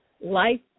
life